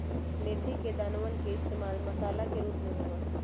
मेथी के दानवन के इश्तेमाल मसाला के रूप में होबा हई